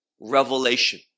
revelation